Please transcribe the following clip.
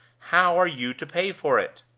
how are you to pay for it?